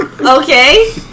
Okay